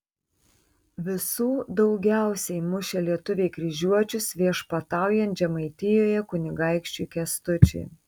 visų daugiausiai mušė lietuviai kryžiuočius viešpataujant žemaitijoje kunigaikščiui kęstučiui